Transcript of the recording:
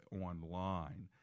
online